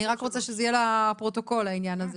אני רוצה שיהיה לפרוטוקול העניין הזה,